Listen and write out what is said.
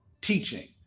teaching